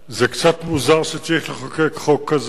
קצת מוזר שצריך לחוקק חוק כזה.